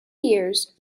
years